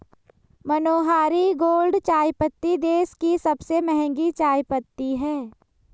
मनोहारी gold चायपत्ती देश की सबसे महंगी चायपत्ती है